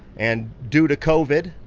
and due to covid,